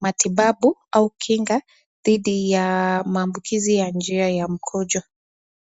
matibabu au kinga dhidi ya maabukizi ya njia ya mkojo.